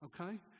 okay